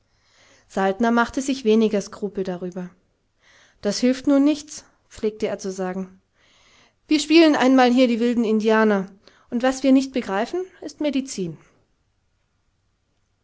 saltner machte sich weniger skrupel darüber das hilft nun nichts pflegte er zu sagen wir spielen einmal hier die wilden indianer und was wir nicht begreifen ist medizin